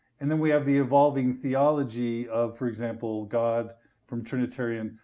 and then we have the evolving theology of, for example, god from trinitarian.